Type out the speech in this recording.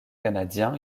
canadiens